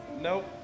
Nope